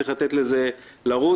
צריך לתת לזה לרוץ.